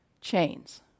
chains